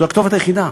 זו הכתובת היחידה.